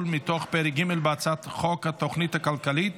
מתוך פרק ג' בהצעת חוק התוכנית הכלכלית